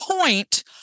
point